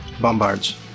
bombards